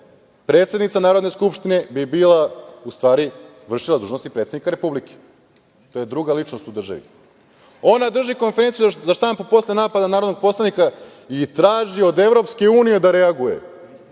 predsednica Narodne skupštine bi bila u stvari vršilac dužnosti predsednika Republike, to je druga ličnost u državi, ona drži konferenciju za štampu posle napada narodnog poslanika i traži od Evropske unije da reaguje.